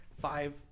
five